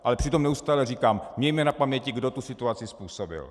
Ale přitom neustále říkám mějme na paměti, kdo tu situaci způsobil.